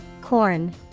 Corn